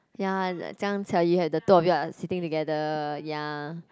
ya and like you had the two of you are sitting together ya